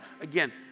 again